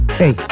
hey